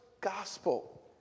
gospel